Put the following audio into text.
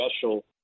special